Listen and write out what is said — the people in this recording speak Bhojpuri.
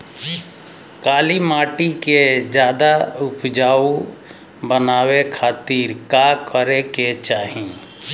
काली माटी के ज्यादा उपजाऊ बनावे खातिर का करे के चाही?